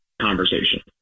conversation